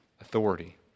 authority